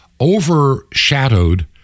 overshadowed